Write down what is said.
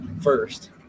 first